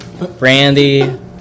brandy